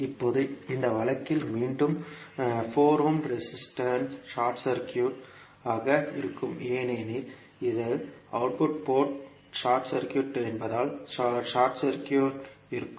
இப்போது இந்த வழக்கில் மீண்டும் 4 ஓம் ரெஸிஸ்டர் ஷார்ட் சர்க்யூட் ஆக இருக்கும் ஏனெனில் இது அவுட்புட் போர்ட் ஷார்ட் சர்க்யூட் என்பதால் ஷார்ட் சர்க்யூட் இருக்கும்